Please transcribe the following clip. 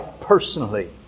personally